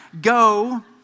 Go